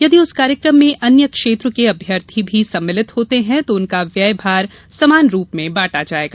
यदि उस कार्यक्रम में अन्य क्षेत्र के अभ्यर्थी भी सम्मिलित होते हैं तो उनका व्यय भार समान रूप में बांटा जायेगा